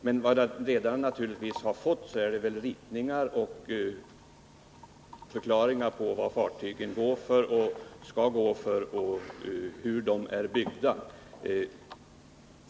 Men redarna har fått ritningar och beskrivningar över fartygen som utvisar vad de går för och hur de är byggda.